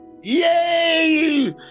Yay